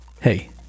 Hey